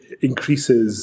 increases